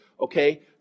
okay